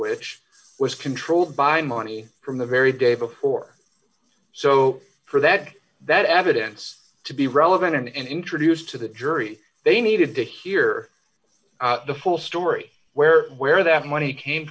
which was controlled by money from the very day before so for that that evidence to be relevant and introduced to the jury they needed to hear the full story where where that money came